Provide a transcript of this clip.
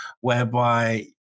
whereby